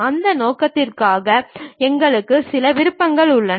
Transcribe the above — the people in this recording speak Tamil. அந்த நோக்கத்திற்காக எங்களுக்கு சில விருப்பங்கள் உள்ளன